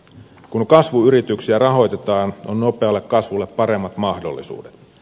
kun kasvuyrityksiä rahoitetaan on nopealle kasvulle paremmat mahdollisuudet